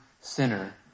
sinner